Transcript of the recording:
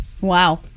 Wow